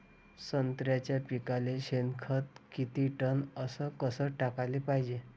संत्र्याच्या पिकाले शेनखत किती टन अस कस टाकाले पायजे?